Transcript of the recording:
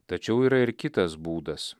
tačiau yra ir kitas būdas